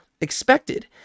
expected